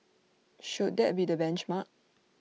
should that be the benchmark